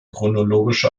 chronologische